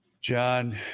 John